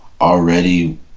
already